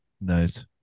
Nice